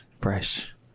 fresh